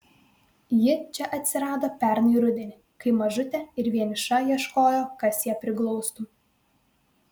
ji čia atsirado pernai rudenį kai mažutė ir vieniša ieškojo kas ją priglaustų